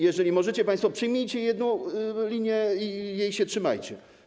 Jeżeli możecie państwo, przyjmijcie jedną linię i jej się trzymajcie.